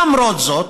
למרות זאת,